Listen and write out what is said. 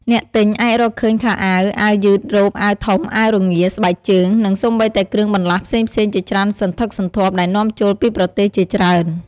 អ្នកទិញអាចរកឃើញខោអាវ អាវយឺត រ៉ូប អាវធំ អាវរងារ ស្បែកជើង និងសូម្បីតែគ្រឿងបន្លាស់ផ្សេងៗជាច្រើនសន្ធឹកសន្ធាប់ដែលនាំចូលពីប្រទេសជាច្រើន។